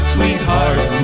Sweetheart